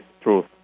truth